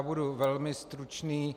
Budu velmi stručný.